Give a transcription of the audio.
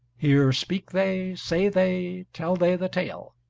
here speak they, say they, tell they the tale